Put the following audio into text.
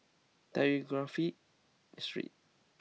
Telegraph Street